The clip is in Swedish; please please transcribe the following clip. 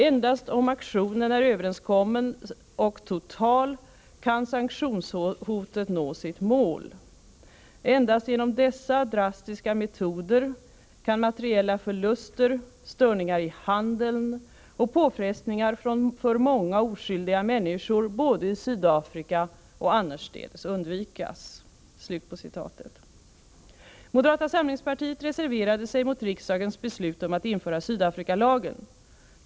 Endast om aktionen är överenskommen och total kan sanktionshotet nå sitt mål. Endast genom dessa drastiska metoder kan materiella förluster, störningar i handeln och påfrestningar för många oskyldiga människor, både i Sydafrika och annorstädes undvikas.” Moderata samlingspartiet reserverade sig mot riksdagens beslut om att införa Sydafrikalagen.